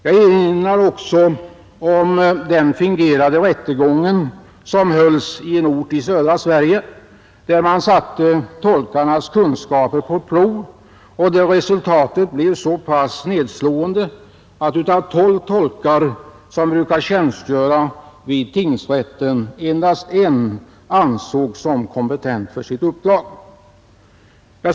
Jag erinrar också om den fingerade rättegång som hölls i en ort i södra Sverige, där man satte tolkarnas kunskaper på prov och där resultatet blev så pass nedslående, att av tolv tolkar, som brukar tjänstgöra vid tingsrätten, endast en ansågs som kompetent för sitt uppdrag.